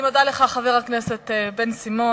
אני מודה לך, חבר הכנסת בן-סימון.